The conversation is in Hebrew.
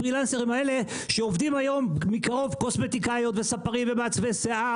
הפרילנסרים האלה שעובדים היום כמו קוסמטיקאיות וספרים ומעצבי שיער